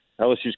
LSU's